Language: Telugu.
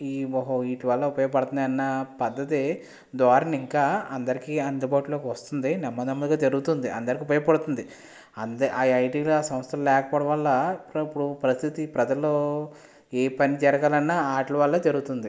ఓ వీటివల్ల ఉపయోగపడుతున్నాయి అన్న పద్ధతి ధోరణి ఇంకా అందరికీ అందుబాటులోకి వస్తుంది నెమ్మదినెమ్మదిగా జరుగుతుంది అందరికి ఉపయోగపడుతుంది అం ఆ ఐఐటిలో ఆ సంస్థలు లేకపోవడం వల్ల అప్పుడప్పుడు ప్రస్తుత ప్రజల్లో ఏ పని జరగాలన్న వాటి వల్లే జరుగుతుంది